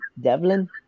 Devlin